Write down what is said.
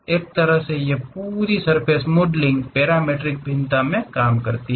एक तरह से यह पूरी सर्फ़ेस मॉडलिंग पैरामीट्रिक भिन्नता में काम करता है